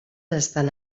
estan